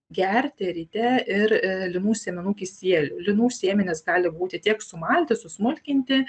gerti ryte ir linų sėmenų kisielių linų sėmenys gali būti tiek sumalti susmulkinti